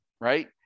right